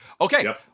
Okay